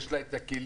יש לה את הכלים.